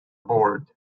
board